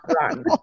run